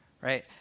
right